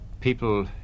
people